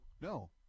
no